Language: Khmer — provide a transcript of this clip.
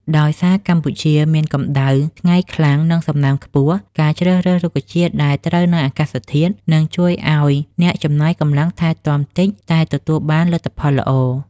ដោយសារកម្ពុជាមានកម្ដៅថ្ងៃខ្លាំង និងសំណើមខ្ពស់ ការជ្រើសរើសរុក្ខជាតិដែល ត្រូវនឹងអាកាសធាតុ នឹងជួយឱ្យអ្នកចំណាយកម្លាំងថែទាំតិចតែទទួលបានលទ្ធផលល្អ